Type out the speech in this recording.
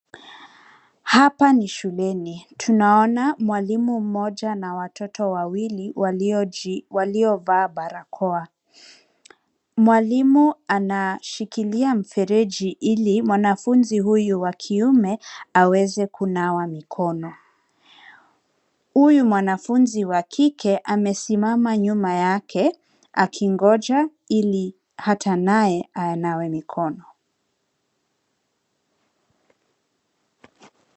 Hapa ni shuleni. Tunaona mwalimu mmoja na watoto wawili wakiovaa barakoa. Mwalimu anashikilia mfereji ili mwanafunzi huyo wa kiume aweze kunawa mikono. Huyu mwanafunzi wa kike amesimama nyuma yake akingoja ili hata naye anawe mikono.